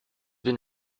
been